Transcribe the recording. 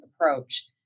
approach